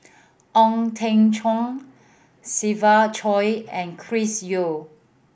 Ong Teng Cheong Siva Choy and Chris Yeo